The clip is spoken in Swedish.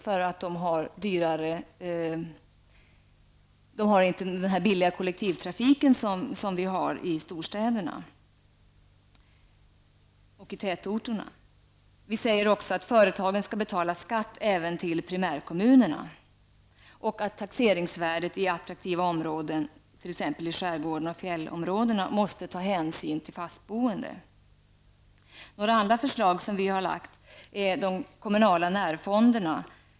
för att de inte har den billiga kollektivtrafik att tillgå som man har i storstäderna och tätorterna. Vi säger också att företagen skall betala skatt även till primärkommunerna och att man vid fastställande av taxeringsvärden i attraktiva områden, t.ex. i skärgården och i fjällområdena, måste ta hänsyn till de fastboende. Vi har också lagt fram förslag om de kommunala närfonderna.